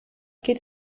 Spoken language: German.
geht